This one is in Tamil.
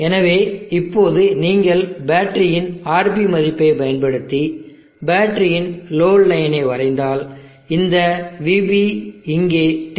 எனவே இப்போது நீங்கள் பேட்டரியின் RB மதிப்பைப் பயன்படுத்தி பேட்டரியின் லோடு லைனை வரைந்தால் இந்த VB இங்கே 10